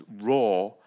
raw